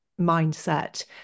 mindset